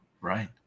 right